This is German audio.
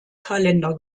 kalender